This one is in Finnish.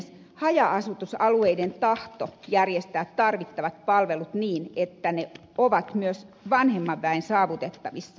haja asutusalueiden tahto on järjestää tarvittavat palvelut niin että ne ovat myös vanhemman väen saavutettavissa